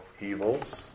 evils